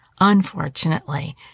unfortunately